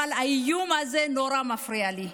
האיום הזה נורא מפריע לי,